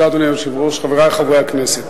אדוני היושב-ראש, תודה, חברי חברי הכנסת,